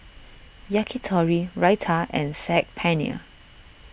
Yakitori Raita and Saag Paneer